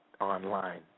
online